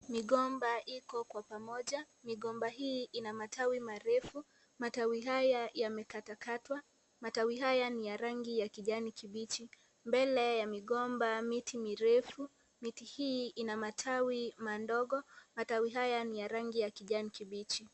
Migomba iko kwa pamoja, migomba hii ina majani marefu, majani haya yamekatakatwa. Matawi haya ni ya kijani kibichi. Mbele ya migomba miti mirefu, miti hii ina matawi madogo, matawi haya ni ya rangi ya kijani kibichi.